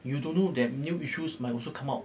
you don't know that new issues might also come out